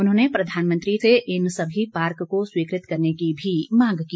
उन्होंने प्रधानमंत्री से इन सभी पार्क को स्वीकृत करने की भी मांग की